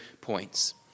points